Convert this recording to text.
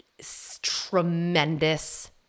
tremendous